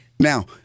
Now